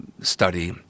study